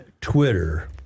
Twitter